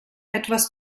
etwas